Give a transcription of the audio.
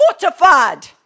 fortified